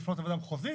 לפנות לוועדה מחוזית.